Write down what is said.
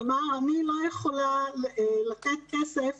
כלומר אני לא יכולה לתת כסף